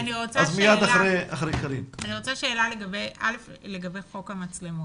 שאלה לגבי חוק המצלמות.